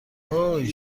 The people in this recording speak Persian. هوووی